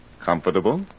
Comfortable